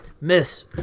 Miss